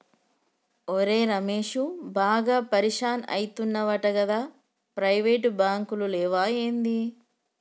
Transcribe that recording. ఒరే రమేశూ, బాగా పరిషాన్ అయితున్నవటగదా, ప్రైవేటు బాంకులు లేవా ఏంది